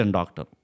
doctor